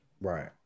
Right